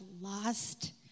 lost